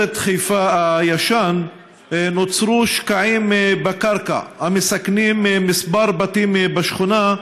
חיפה הישן נוצרו שקעים בקרקע המסכנים כמה בתים בשכונה,